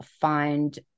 find